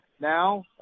now